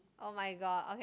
oh-my-god okay